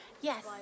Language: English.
Yes